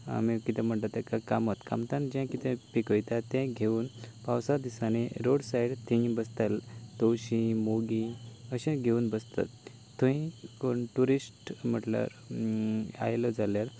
आमी कितें म्हणटात ताका कामत कामतान जें कितें पिकयता तें घेवन पावसा दिसांनी रोड सायड तीं बसतालीं तवशीं मोगीं अशें घेवन बसतात थंय कोण ट्युरिस्ट म्हणल्यार आयलो जाल्यार